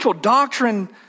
doctrine